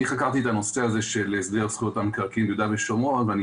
אני חקרתי את הנושא הזה של הסדר זכויות המקרקעין ביהודה ושומרון ואני